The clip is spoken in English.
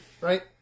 Right